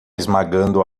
esmagando